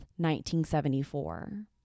1974